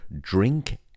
Drink